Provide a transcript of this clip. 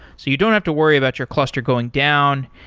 so you don't have to worry about your cluster going down,